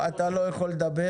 אז אתה לא יכול לדבר.